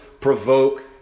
provoke